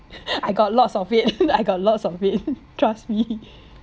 I got lots of it I got lots of it trust me